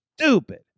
stupid